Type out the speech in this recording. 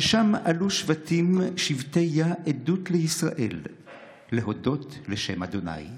ששם עלו שבטים שבטי-יה עדות לישראל להדות לשם ה'.